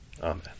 Amen